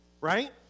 right